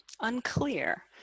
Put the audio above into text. unclear